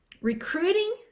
recruiting